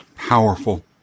powerful